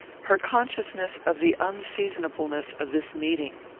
her consciousness of the unseasonableness of this meeting.